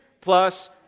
plus